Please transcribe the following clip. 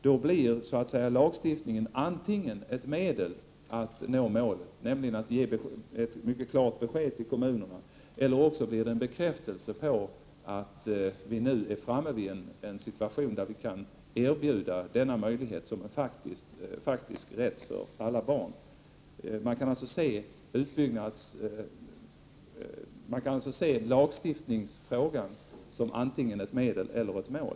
Då blir lagstiftningen antingen ett medel att nå målet, nämligen genom att ett mycket klart besked ges till kommunerna, eller också en bekräftelse på att vi nu är framme vid en situation där vi kan erbjuda denna möjlighet som en faktisk rätt för alla barn. Man kan alltså se lagstiftningsfrågan som antingen medel eller mål.